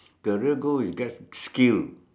career goal is get skill